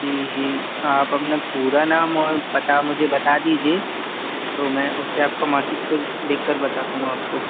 जी आप अपना पूरा नाम और पता मुझे बता दीजिए तो मैं उससे मैं आपका मासिक शुल्क देखकर बताता हूँ आपको